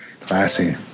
Classy